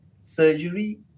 surgery